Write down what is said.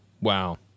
Wow